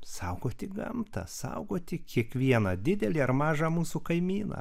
saugoti gamtą saugoti kiekvieną didelį ar mažą mūsų kaimyną